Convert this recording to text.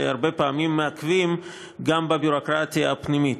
שהרבה פעמים מעכבים גם בביורוקרטיה הפנימית.